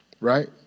Right